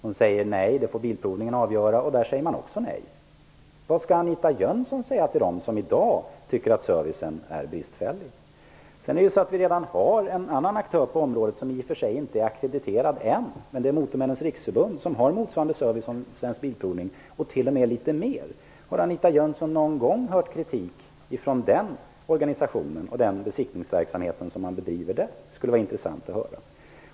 Hon säger nej; det får bilprovningen avgöra. Och även bilprovningen säger nej. Vad skall Anita Jönsson säga till dem som i dag tycker att servicen är bristfällig? Det finns redan en annan aktör på området, som i och för sig inte är ackrediterad än, nämligen Motormännens Riksförbund, som utför en service som motsvarar Svensk Bilprovnings och t.o.m. litet mer. Har Anita Jönsson någon gång hört kritik mot den organisationen och dess besiktningsverksamhet? Det vore intressant att höra.